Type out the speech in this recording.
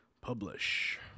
publish